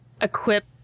equip